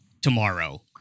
tomorrow